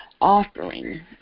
offering